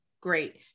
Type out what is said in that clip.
great